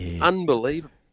unbelievable